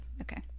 Okay